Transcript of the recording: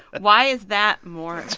why is that more